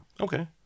Okay